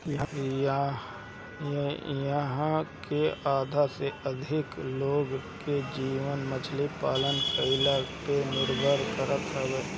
इहां के आधा से अधिका लोग के जीवन मछरी पालन कईला पे निर्भर करत हवे